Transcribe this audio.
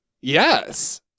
Yes